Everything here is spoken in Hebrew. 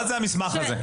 מה זה המסמך הזה?